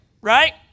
Right